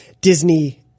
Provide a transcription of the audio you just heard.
Disney